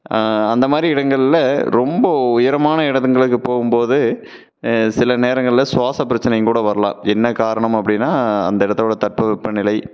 அந்த மாதிரி இடங்களில் ரொம்ப உயரமான இடத்துங்களுக்கு போகும்போது சில நேரங்களில் சுவாசப் பிரச்சனையும் கூட வரலாம் என்ன காரணம் அப்படின்னா அந்த இடத்துல உள்ள தட்ப வெப்பநிலை